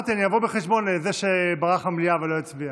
אמרתי שאני אבוא חשבון עם זה שברח מהמליאה ולא הצביע,